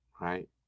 right